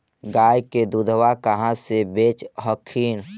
गया के दूधबा कहाँ बेच हखिन?